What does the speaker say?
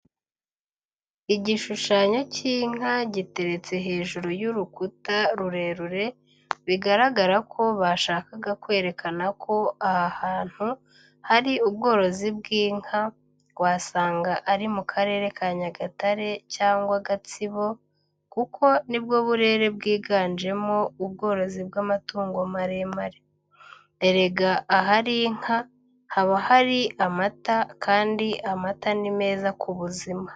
Igishushanyo cy'inka giteretse hejuru y'urukuta rurerure bigaragara ko bashakaga kwerekana ko aha hantu hari ubworozi bw'inka wasanga ari mu karere ka Nyagatare cyangwa Gatsibo kuko ni bwo burere bwiganjemo ubworozi bw'amatungo maremare. Erega ahari inka haba hari amata kandi amata ni meza ku buzima.